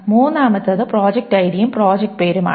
മൂന്നാമത്തേത് പ്രോജക്റ്റ് ഐഡിയും പ്രോജക്റ്റ് പേരും ആണ്